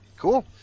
Cool